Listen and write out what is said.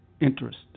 interest